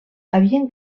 havien